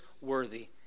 worthy